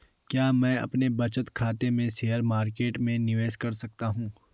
क्या मैं अपने बचत खाते से शेयर मार्केट में निवेश कर सकता हूँ?